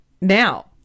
now